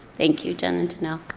thank you, jen and janelle.